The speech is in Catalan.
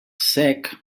cec